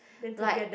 like